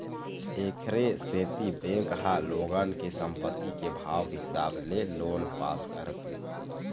एखरे सेती बेंक ह लोगन के संपत्ति के भाव के हिसाब ले लोन पास कर देथे